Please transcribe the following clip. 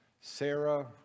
Sarah